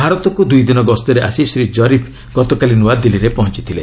ଭାରତକୁ ଦୁଇଦିନ ଗସ୍ତରେ ଆସି ଶ୍ରୀ କରିଫ୍ ଗତକାଲି ନୂଆଦିଲ୍ଲୀରେ ପହଞ୍ଚିଥିଲେ